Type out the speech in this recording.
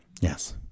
yes